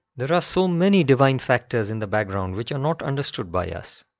there are so many divine factors in the background, which are not understood by us.